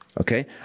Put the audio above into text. okay